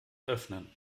öffnen